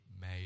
made